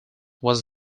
was